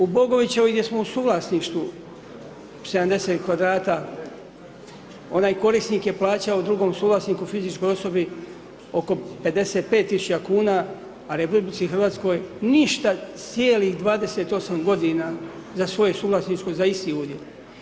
U Bogovićevoj, gdje smo u suvlasništvu 70m2, onaj korisnik je plaćao drugom suvlasniku, fizičkoj osobi oko 55.000,00 kn, a RH ništa cijelih 28 godina za svoje suvlasništvo, za isti udjel.